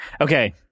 Okay